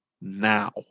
now